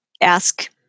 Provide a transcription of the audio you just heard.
ask